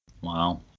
Wow